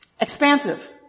expansive